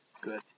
good